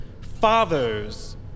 fathers